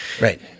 Right